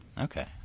Okay